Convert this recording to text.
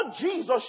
Jesus